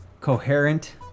coherent